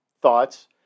thoughts